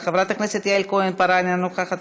חברת הכנסת עליזה לביא, אינה נוכחת,